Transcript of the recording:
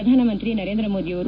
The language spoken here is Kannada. ಪ್ರಧಾನಮಂತ್ರಿ ನರೇಂದ್ರ ಮೋದಿಯವರು